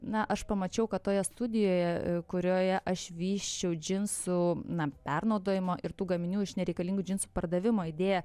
na aš pamačiau kad toje studijoje kurioje aš vysčiau džinsų na pernaudojimo ir tų gaminių iš nereikalingų džinsų pardavimo idėją